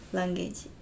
language